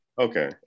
Okay